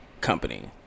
company